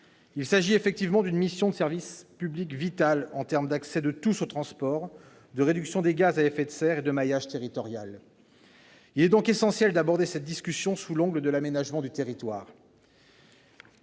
Il s'agit effectivement d'une mission de service public vitale, du point de vue de l'accès de tous au transport, de la réduction des gaz à effet de serre et du maillage territorial. Il est donc essentiel d'aborder cette discussion sous l'angle de l'aménagement du territoire.